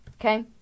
okay